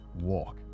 walk